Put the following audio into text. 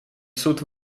суд